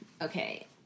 Okay